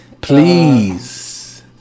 Please